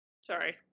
Sorry